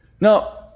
Now